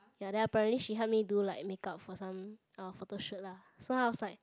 ya then apparently she help me do like makeup for some uh photo shoot lah so I was like